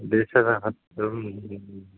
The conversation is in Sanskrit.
देशः